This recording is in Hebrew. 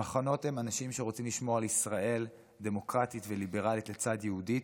המחנות הם אנשים שרוצים לשמור על ישראל דמוקרטית וליברלית לצד יהודית,